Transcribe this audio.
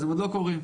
הם עוד לא קורים,